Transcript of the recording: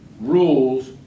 rules